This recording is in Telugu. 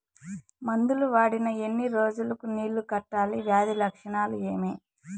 మందులు వాడిన ఎన్ని రోజులు కు నీళ్ళు కట్టాలి, వ్యాధి లక్షణాలు ఏమి?